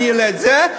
אני אעלה את זה,